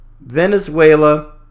Venezuela